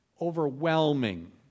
overwhelming